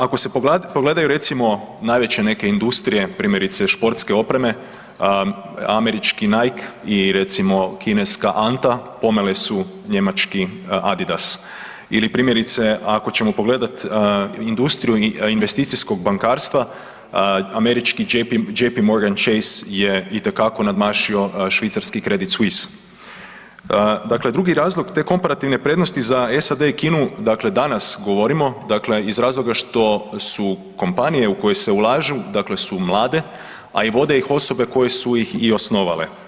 Ako se pogledaju, recimo najveće neke industrije, primjerice, športske opreme, američki Nike i recimo, kineska Anta pomeli su njemački Adidas ili primjerice, ako ćemo pogledati industriju investicijskog bankarstva, američki JPMorgan Chase je itekako nadmašio švicarski Credit Suisse, dakle drugi razlog te komparativne prednosti za SAD i Kinu, dakle danas govorimo, dakle iz razloga što su kompanije u koje su ulažu su mlade, a i vode ih osobe koje su ih i osnovale.